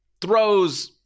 throws